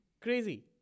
Crazy